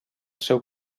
seu